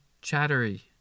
Chattery